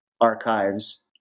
archives